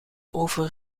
over